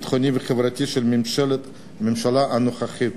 ביטחונית וחברתית של הממשלה הנוכחית,